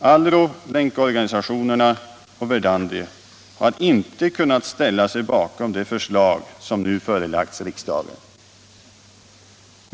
ALRO, länkorganisationerna och Verdandi har inte kunnat ställa sig bakom det förslag som nu förelagts riksdagen.